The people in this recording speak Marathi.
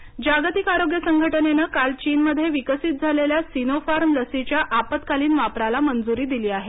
चीन लस जागतिक आरोग्य संघटनेनं काल चीनमध्ये विकसीत झालेल्या सिनोफार्म लशीच्या आपत्कालीन वापराला मंजुरी दिली आहे